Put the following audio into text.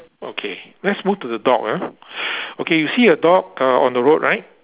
okay let's move to the dog ah okay you see a dog uh on the road right